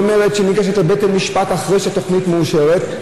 ואומרת שהיא ניגשת לבית המשפט אחרי שהתוכנית מאושרת,